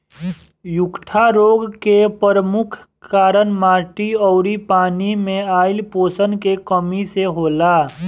उकठा रोग के परमुख कारन माटी अउरी पानी मे आइल पोषण के कमी से होला